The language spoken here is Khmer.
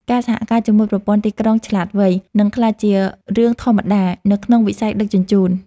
ការសហការជាមួយប្រព័ន្ធទីក្រុងឆ្លាតវៃ នឹងក្លាយជារឿងធម្មតានៅក្នុងវិស័យដឹកជញ្ជូន។